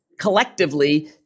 collectively